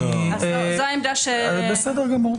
זו העמדה --- בסדר גמור.